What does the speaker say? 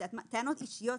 טענות אישיות.